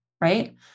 right